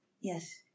Yes